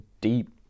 deep